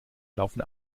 laufen